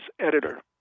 editor